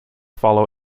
follow